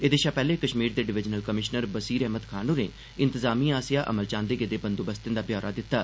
एह्दे शा पैह्ले कश्मीर दे डिवीजनल कमिशनर बसीर अहमद खान होरें इंतजामिया आसेआ अमल च आंदे गेदे बंदोबस्तें दा ब्यौरा दित्ता